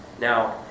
Now